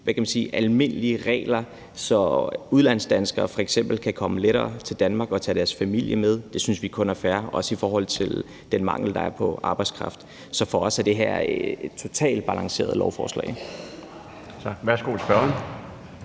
almindelige regler, så udlandsdanskere f.eks. lettere kan komme til Danmark og tage deres familie med. Det synes vi kun er fair, også i forhold til den mangel, der er på arbejdskraft. Så for os er det her et totalt balanceret lovforslag.